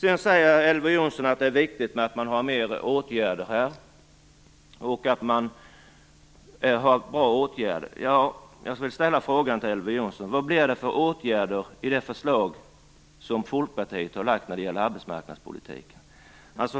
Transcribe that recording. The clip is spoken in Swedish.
Elver Jonsson säger att det är viktigt med flera åtgärder och bra åtgärder. Jag vill ställa en fråga till Elver Jonsson: Vad blir det för åtgärder i det förslag som Folkpartiet har lagt fram om arbetsmarknadspolitiken?